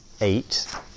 eight